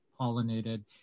pollinated